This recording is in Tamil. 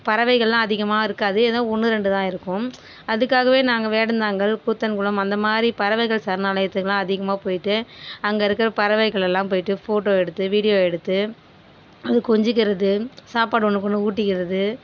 பறவைகள்லாம் அதிகமாக இருக்காது ஏதோ ஒன்று ரெண்டு தான் இருக்கும் அதுக்காகவே நாங்கள் வேடந்தாங்கல் கூத்தன்குளம் அந்த மாரி பறவைகள் சரணாலயத்துக்குலாம் அதிகமாக போயிவிட்டு அங்கே இருக்கிற பறவைகள் எல்லா போயிவிட்டு போட்டோ எடுத்து வீடியோ எடுத்து அது கொஞ்சிக்கிறது சாப்பாடு ஒன்றுக்கு ஒன்று ஊட்டிக்கிறது